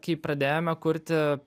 kai pradėjome kurti